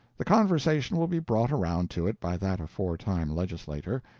the conversation will be brought around to it by that aforetime legislator,